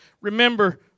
Remember